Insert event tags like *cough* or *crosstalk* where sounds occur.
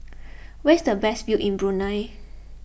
*noise* where is the best view in Brunei